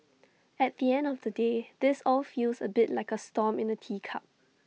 at the end of the day this all feels A bit like A storm in A teacup